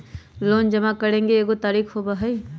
Loan जमा करेंगे एगो तारीक होबहई?